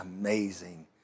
amazing